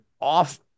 off